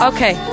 Okay